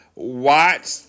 watch